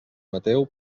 mateu